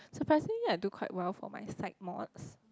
surprisingly I do quite well for my psych mods